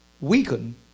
weaken